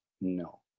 No